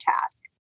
task